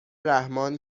رحمان